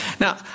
Now